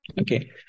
Okay